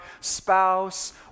spouse